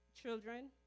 children